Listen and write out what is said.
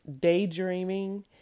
daydreaming